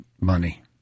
money